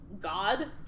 God